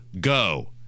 Go